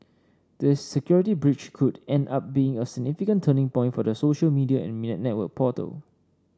this security breach could end up being a significant turning point for the social media and network portal